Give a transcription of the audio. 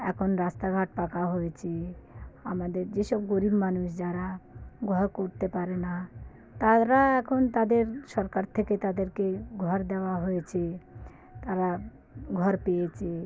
এখন রাস্তাঘাট পাকা হয়েছে আমাদের যে সব গরিব মানুষ যারা ঘর করতে পারে না তারা এখন তাদের সরকার থেকে তাদেরকে ঘর দেওয়া হয়েছে তারা ঘর পেয়েছে